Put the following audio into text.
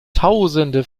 tausende